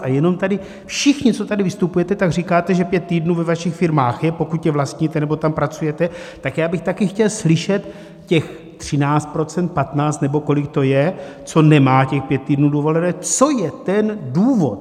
A jenom tady všichni, co tady vystupujete, tak říkáte, že pět týdnů ve vašich firmách je, pokud je vlastníte nebo tam pracujete, tak já bych také chtěl slyšet těch 13 %, 15 nebo kolik to je, co nemá těch pět týdnů dovolené, co je ten důvod.